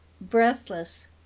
breathless